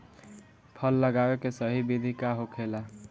फल लगावे के सही विधि का होखेला?